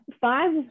five